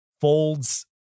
folds